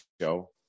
show